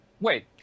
Wait